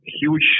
huge